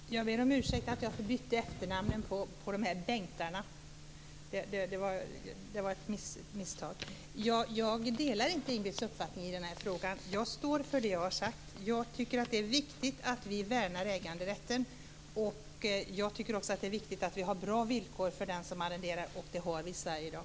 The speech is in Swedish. Herr talman! Jag ber om ursäkt för att jag bytte efternamn på Bengt Kronblad och Bengt Silfverstrand. Det var ett misstag. Jag delar inte Ingbritt Irhammars uppfattning i den här frågan. Jag står för det jag har sagt. Det är viktigt att vi värnar äganderätten. Det är också viktigt att vi har bra villkor för den som är arrendator, och det har vi i Sverige i dag.